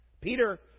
Peter